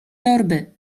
torby